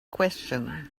question